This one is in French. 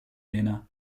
helena